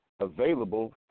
available